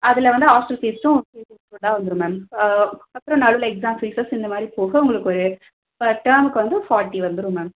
அதில் வந்து ஹாஸ்டல் ஃபீஸும் சேர்த்து இன்க்ளூடாக வந்துடும் மேம் அதுக்கப்புறம் நடுவில் எக்ஸாம் ஃபீஸஸ் இந்தமாதிரி போக உங்களுக்கு ஒரு பர் டேர்முக்கு வந்து ஃபார்ட்டி வந்துடும் மேம்